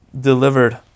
delivered